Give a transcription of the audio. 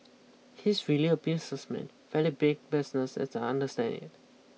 he's really a businessman fairly big business as I understand it